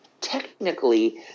technically